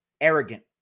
arrogant